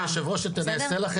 בסדר?